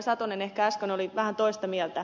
satonen ehkä äsken oli vähän toista mieltä